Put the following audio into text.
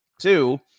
Two